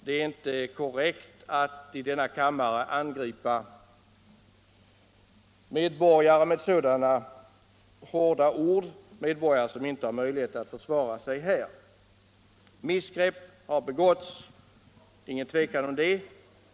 Det är inte korrekt att i denna kammare med så hårda ord angripa medborgare som inte har någon möjlighet att här försvara sig. Missgrepp har förekommit, det råder inga tvivel om det.